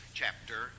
chapter